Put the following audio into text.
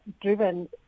driven